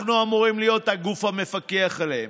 אנחנו אמורים להיות הגוף המפקח עליהם.